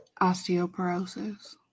Osteoporosis